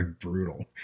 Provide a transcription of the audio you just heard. brutal